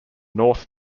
north